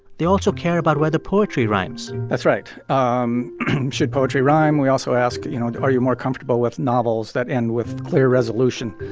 they also care about whether poetry rhymes that's right. um should poetry rhyme? we also ask you know, are you more comfortable with novels that end with clear resolution?